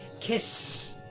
kiss